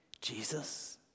Jesus